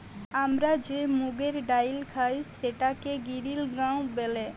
আমরা যে মুগের ডাইল খাই সেটাকে গিরিল গাঁও ব্যলে